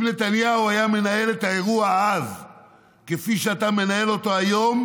אם נתניהו היה מנהל את האירוע אז כפי שאתה מנהל אותו היום,